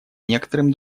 некоторым